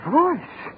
voice